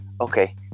okay